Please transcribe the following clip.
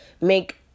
make